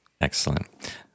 Excellent